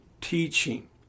teaching